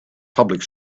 public